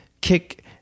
Kick